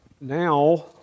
now